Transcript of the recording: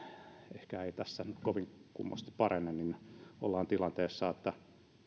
ehkä ei valitettavasti tässä nyt kovin kummoisesti parane jotta olemme tilanteessa jossa